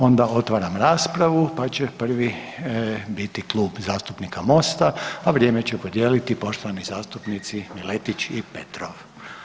Onda otvaram raspravu, pa će prvi biti Klub zastupnika Mosta a vrijeme će podijeliti poštovani zastupnici Miletić i Petrov.